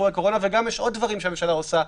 הקורונה וגם עוד דברים שהממשלה עושה,